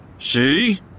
See